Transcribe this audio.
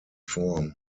form